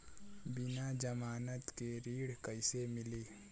बिना जमानत के ऋण कईसे मिली?